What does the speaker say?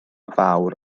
fawr